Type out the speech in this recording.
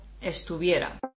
estuviera